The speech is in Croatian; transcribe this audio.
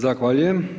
Zahvaljujem.